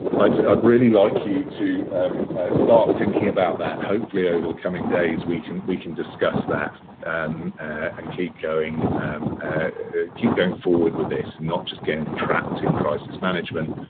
i'd really like you to start thinking about that and hopefully over the coming days we can we can discuss that and keep going um keep going forward with this, not just getting trapped in crisis management,